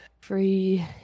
free